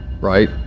right